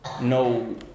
No